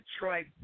Detroit